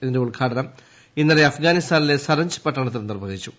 ഇതിന്റെ ഉദ്ഘാടനം ഇന്നലെ അഫ്ഗാനിസ്ഥാനിലെ സരൻജ് പട്ടണത്തിൽ നിർവഹിച്ചു